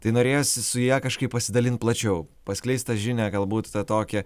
tai norėjosi su ja kažkaip pasidalint plačiau paskleist tą žinia galbūt tokią